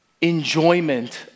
Enjoyment